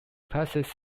passes